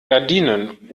gardinen